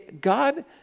God